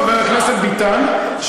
חבר הכנסת ביטן,